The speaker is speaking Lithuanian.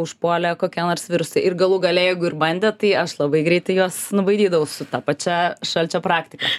užpuolė kokie nors virusai ir galų gale jeigu ir bandė tai aš labai greitai juos nubaidydavau su ta pačia šalčio praktika